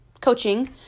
coaching